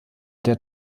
der